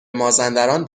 مازندران